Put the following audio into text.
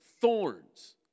thorns